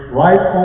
right